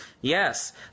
Yes